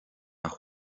nach